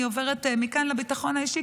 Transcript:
אני עוברת מכאן לביטחון האישי,